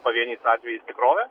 pavieniais atvejais tikrovę